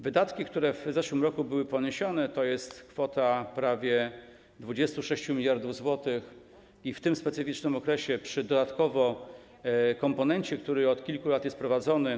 Wydatki, które w zeszłym roku były poniesione, to kwota prawie 26 mld zł, i to w tym specyficznym okresie przy dodatkowym komponencie, który od kilku lat jest prowadzony.